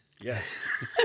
Yes